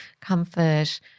comfort